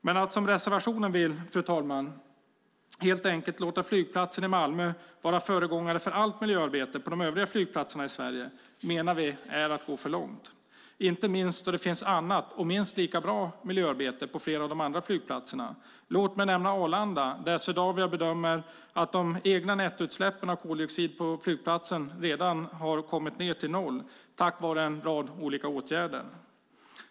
Men att som reservanterna vill, fru talman, att helt enkelt låta flygplatsen i Malmö vara föregångare för allt miljöarbete på de övriga flygplatserna i Sverige menar vi är att gå för långt, inte minst då det finns annat och minst lika bra miljöarbete på flera av de andra flygplatserna. Låt mig nämna Arlanda där Swedavia bedömer att de egna nettoutsläppen av koldioxid på flygplatsen redan har kommit ned till noll tack vare en rad olika åtgärder.